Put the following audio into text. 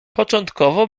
początkowo